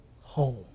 home